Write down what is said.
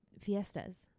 fiestas